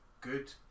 good